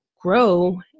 grow